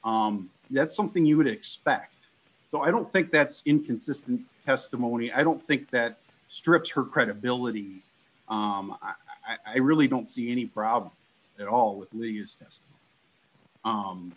e that's something you would expect so i don't think that's inconsistent testimony i don't think that strips her credibility i really don't see any problem at all th